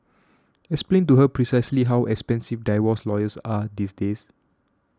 explain to her precisely how expensive divorce lawyers are these days